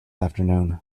afternoon